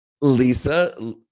Lisa